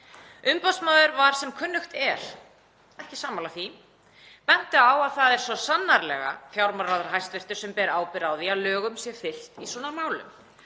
Umboðsmaður var sem kunnugt er ekki sammála því, benti á að það er svo sannarlega hæstv. fjármálaráðherra sem ber ábyrgð á því að lögum sé fylgt í svona málum.